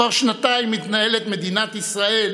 כבר שנתיים מתנהלת מדינת ישראל